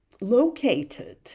located